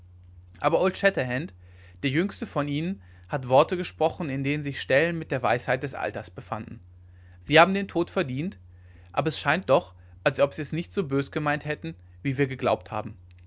aber old shatterhand der jüngste von ihnen hat worte gesprochen in denen sich stellen mit der weisheit des alters befanden sie haben den tod verdient aber es scheint doch als ob sie es nicht so bös gemeint hätten wie wir geglaubt haben